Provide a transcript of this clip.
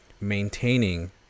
maintaining